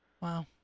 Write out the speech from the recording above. Wow